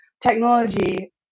technology